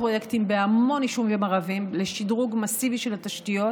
פרויקטים בהמון יישובים ערביים לשדרוג מסיבי של התשתיות,